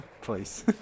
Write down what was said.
Please